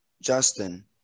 Justin